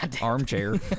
armchair